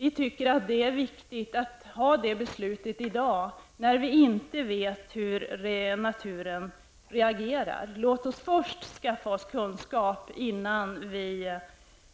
Vi tycker att det är viktigt att ta det beslutet i dag, när vi inte vet hur naturen reagerar. Låt oss först skaffa kunskap, så att vi